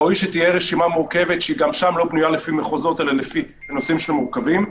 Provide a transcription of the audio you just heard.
ראוי שתהיה רשימה מורכבת שבנויה לא לפי מחוזות אלא לפי נושאים שמורכבים.